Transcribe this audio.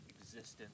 existence